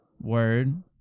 Word